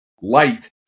light